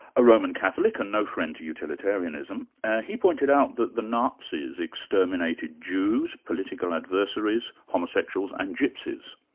a roman catholic and no friend to utilitarianism. and he pointed out that the nazis exterminated jews, political adversaries, homosexuals and gypsies,